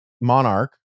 monarch